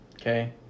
Okay